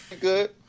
good